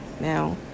Now